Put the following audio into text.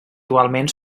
igualment